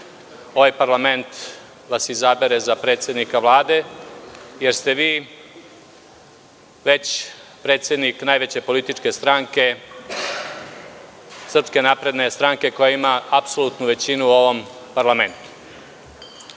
ovaj parlament izabere za predsednika Vlade, jer ste vi već predsednik najveće političke stranke, SNS koja ima apsolutnu većinu u ovom parlamentu. Ja,